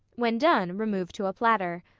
when done, remove to a platter.